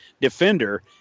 defender